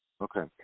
Okay